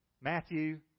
Matthew